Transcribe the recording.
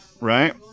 right